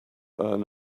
earn